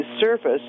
surface